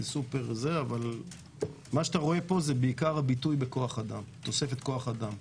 מה שאתה רואה פה זה בעיקר הביטוי בתוספת כוח אדם.